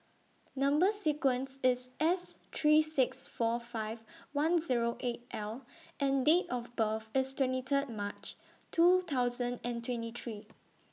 Number sequence IS S three six four five one Zero eight L and Date of birth IS twenty Third March two thousand and twenty three